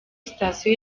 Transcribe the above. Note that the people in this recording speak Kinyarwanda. sitasiyo